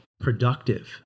productive